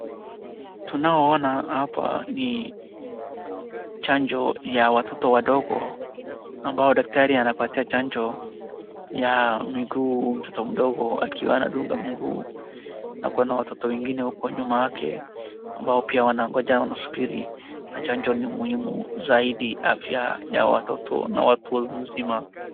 Tunaona hapa ni chanjo ya watoto wadogo ambayo daktari anapayia chanjo ya miguu mtoto mdogo akiwa anadunga mguu. Na kuona watoto wengine nyuma yake ambao pia wanangoja wanasuburi. Na chanjo ni muhimu zaidi afya ya watoto na watu wazima.